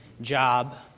job